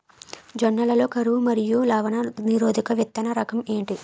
జొన్న లలో కరువు మరియు లవణ నిరోధక విత్తన రకం ఏంటి?